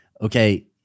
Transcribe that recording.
okay